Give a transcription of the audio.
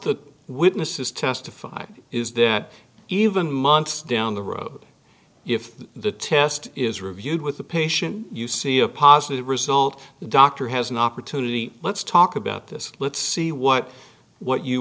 the witnesses testified is that even months down the road if the test is reviewed with the patient you see a positive result the doctor has an opportunity let's talk about this let's see what what you